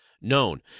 known